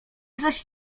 zaś